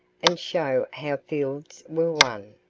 and show how fields were won.